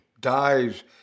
dies